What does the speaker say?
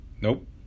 Nope